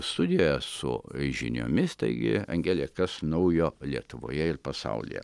studijoje su žiniomis taigi angele kas naujo lietuvoje ir pasaulyje